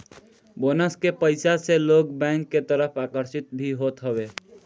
bonus के पईसा से लोग बैंक के तरफ आकर्षित भी होत हवे